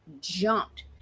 jumped